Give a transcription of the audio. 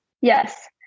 Yes